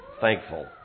thankful